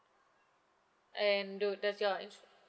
and do does your insurance